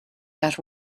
that